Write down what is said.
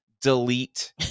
delete